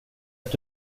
att